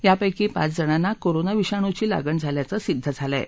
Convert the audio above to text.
यापैकी पाचजणांना कोरोना विषाणूसी लागण झाल्याचं सिद्ध झालं आहे